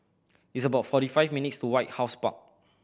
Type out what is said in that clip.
it's about forty five minutes' walk to White House Park